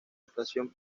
estación